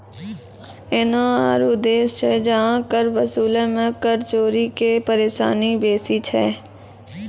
एहनो आरु देश छै जहां कर वसूलै मे कर चोरी के परेशानी बेसी छै